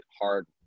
hard